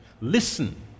Listen